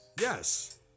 Yes